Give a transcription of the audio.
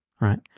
right